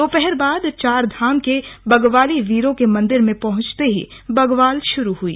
दोपहर बाद चार खाम के बग्वाली वीरों के मन्दिर में पहुँचते ही बग्वाल भा्रू हुई